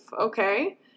okay